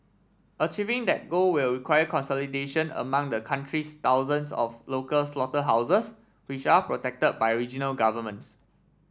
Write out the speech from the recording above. achieving that goal will require consolidation among the country's thousands of local slaughterhouses which are protected by regional governments